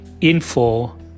info